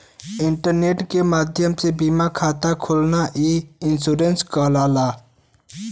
internet के माध्यम से बीमा खाता खोलना ई इन्शुरन्स कहलाला